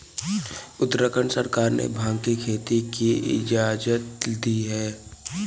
उत्तराखंड सरकार ने भाँग की खेती की इजाजत दी है